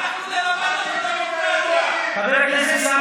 אנחנו נלמד אתכם דמוקרטיה.